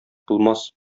булмас